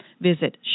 Visit